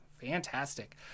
Fantastic